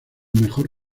mejor